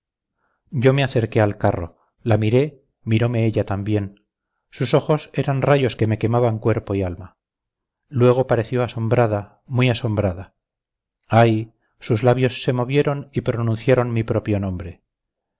yo me acerqué al carro la miré mirome ella también sus ojos eran rayos que me quemaban cuerpo y alma luego apareció asombrada muy asombrada ay sus labios se movieron y pronunciaron mi propio nombre